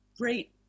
great